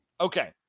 Okay